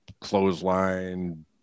clothesline